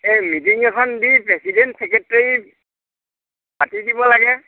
এই মিটিং এখন the president secretary পাতি দিব লাগে